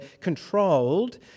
controlled